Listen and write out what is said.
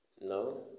no